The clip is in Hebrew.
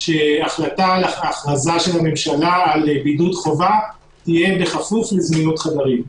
שהחלטה על הכרזה של הממשלה על בידוד חובה תהיה בכפוף לזמינות חדרים.